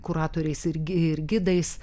kuratoriais ir gi ir gidais